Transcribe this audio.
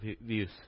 views